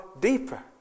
deeper